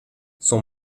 son